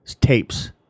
tapes